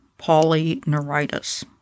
polyneuritis